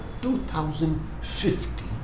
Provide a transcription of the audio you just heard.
2050